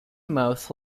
mouth